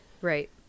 Right